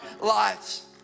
lives